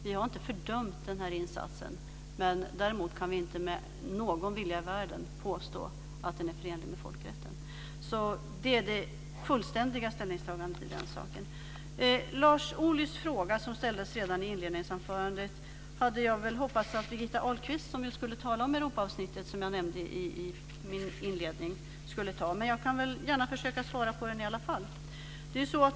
Vi har inte fördömt den här insatsen. Däremot kan vi inte med någon vilja i världen påstå att den är förenlig med folkrätten. Detta är det fullständiga ställningstagandet i fråga om den saken. Den fråga som Lars Ohly ställde redan i sitt inledningsvis hade jag väl hoppats att Birgitta Ahlqvist - jag nämnde i min inledning att hon ska tala om Europaavsnittet - skulle ta men jag försöker gärna svara på frågan.